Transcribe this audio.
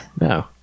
No